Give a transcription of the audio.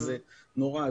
וזה נורא.